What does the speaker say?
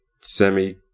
semi